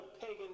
pagan